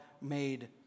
made